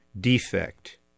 defect